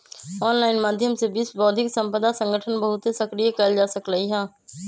online माध्यम से विश्व बौद्धिक संपदा संगठन बहुते सक्रिय कएल जा सकलई ह